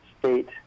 state